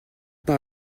par